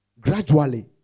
Gradually